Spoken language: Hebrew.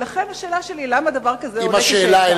לכן, השאלה שלי היא: למה דבר כזה עולה כשאלה?